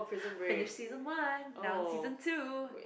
finish season one now on season two